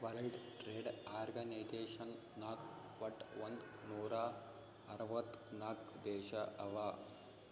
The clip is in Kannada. ವರ್ಲ್ಡ್ ಟ್ರೇಡ್ ಆರ್ಗನೈಜೇಷನ್ ನಾಗ್ ವಟ್ ಒಂದ್ ನೂರಾ ಅರ್ವತ್ ನಾಕ್ ದೇಶ ಅವಾ